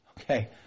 Okay